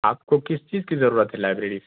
آپ کو کس چیز کی ضرورت ہے لائیبریری سے